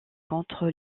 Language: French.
contre